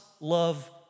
love